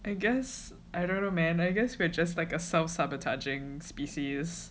I guess I don't know man I guess we're just like a self sabotaging species